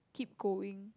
keep going